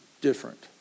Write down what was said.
different